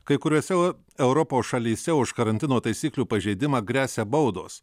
kai kuriose europos šalyse už karantino taisyklių pažeidimą gresia baudos